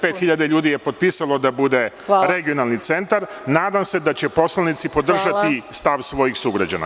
Znači, 35 hiljada ljudi je potpisalo da bude regionalni centar i nadam se da će poslanici podržati stav svojih sugrađana.